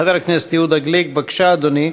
חבר הכנסת יהודה גליק, בבקשה, אדוני.